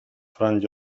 franz